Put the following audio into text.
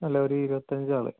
അല്ല ഒരു ഇരുപത്തിയഞ്ചാള്